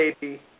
baby